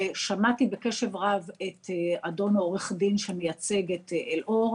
שמעתי בקשב רב את אדון עורך הדין שמייצג את אלאור.